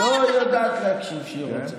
לא, היא יודעת להקשיב כשהיא רוצה.